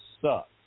sucks